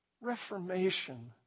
Reformation